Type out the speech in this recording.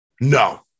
No